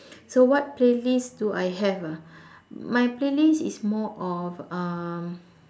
so what playlist do I have ah my playlist is more of um